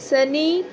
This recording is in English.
sunny